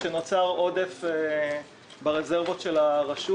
כשנוצר עודף ברזרבות של הרשות.